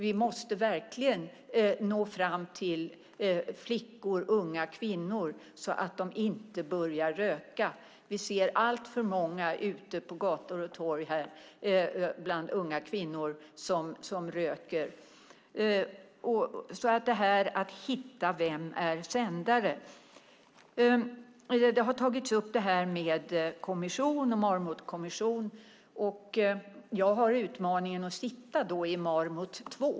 Vi måste verkligen nå fram till flickor och unga kvinnor så att de inte börjar röka. Vi ser alltför många unga kvinnor ute på gator och torg som röker. Att hitta vem som ska vara sändare är viktigt. Man har tagit upp Marmotkommissionen. Jag har utmaningen att sitta i Marmot 2.